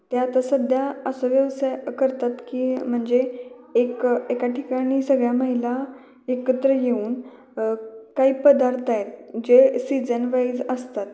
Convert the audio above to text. त्या आता सध्या असं व्यवसाय करतात की म्हणजे एक एका ठिकाणी सगळ्या महिला एकत्र येऊन काही पदार्थ आहेत जे सीजन वाईज असतात